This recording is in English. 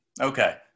Okay